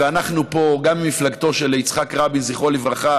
ואנחנו פה, גם במפלגתו של יצחק רבין, זכרו לברכה,